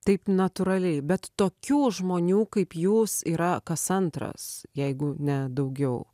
taip natūraliai bet tokių žmonių kaip jūs yra kas antras jeigu ne daugiau